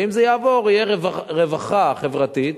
ואם זה יעבור, תהיה רווחה חברתית.